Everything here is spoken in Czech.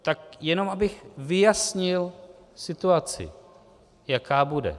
Tak jenom abych vyjasnil situaci, jaká bude.